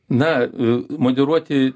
na a moderuoti